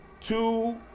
Two